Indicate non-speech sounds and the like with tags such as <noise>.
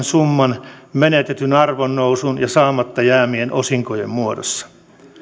<unintelligible> summan menetetyn arvonnousun ja saamatta jääneiden osinkojen muodossa